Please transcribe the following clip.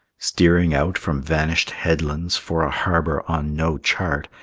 steering out from vanished headlands for a harbor on no chart,